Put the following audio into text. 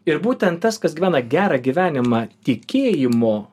ir būtent tas kas gyvena gerą gyvenimą tikėjimo